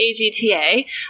AGTA